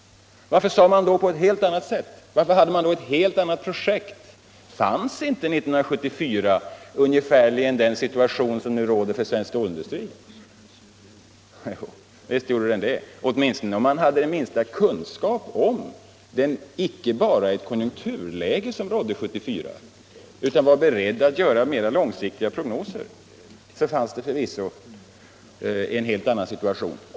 Varför resonerade man då på ett helt annat sätt, varför hade man då ett helt annat projekt? Fanns inte 1974 ungefär samma situation för svensk stålindustri som nu? Jo, visst var det så. För den som bara hade den minsta kunskap om det konjunkturläge som rådde 1974 och som också var beredd att göra mera långsiktiga prognoser fanns det förvisso samma situation.